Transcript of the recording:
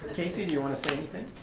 casey, do you wanna say anything?